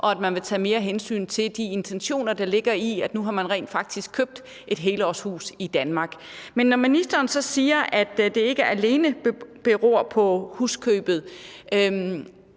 og at der vil blive taget mere hensyn til de intentioner, der ligger i, at nu har man rent faktisk købt et helårshus i Danmark. Men når ministeren så siger, at det ikke alene beror på huskøbet,